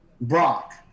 Brock